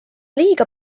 liiga